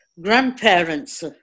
grandparents